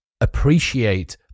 appreciate